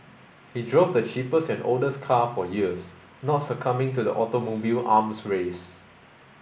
he drove the cheapest and oldest car for years not succumbing to the automobile arms race